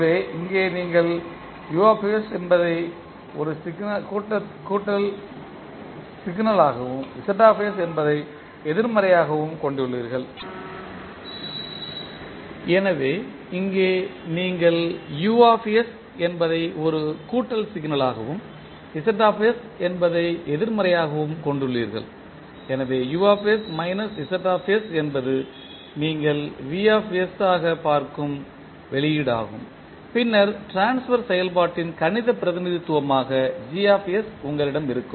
எனவே இங்கே நீங்கள் U என்பதை ஒரு கூட்டல் சிக்னல் ஆகவும் Z என்பதை எதிர்மறையாகவும் கொண்டுள்ளீர்கள் எனவே U Z என்பது நீங்கள் V ஆகப் பார்க்கும் வெளியீடாகும் பின்னர் ட்ரான்ஸ்பர் செயல்பாட்டின் கணித பிரதிநிதித்துவமாக G உங்களிடம் இருக்கும்